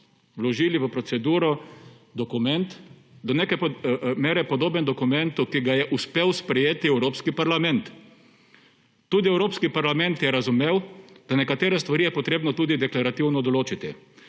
vložili v proceduro do neke mere podoben dokument, ki ga je uspel sprejeti Evropski parlament. Tudi evropski parlament je razumel, da je nekatere stvari treba tudi deklarativno določiti